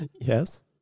Yes